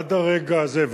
עד הרגע הזה,